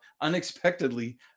unexpectedly